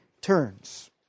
turns